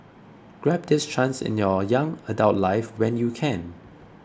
grab this chance in your young adult life when you can